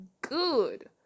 good